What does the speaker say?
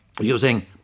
using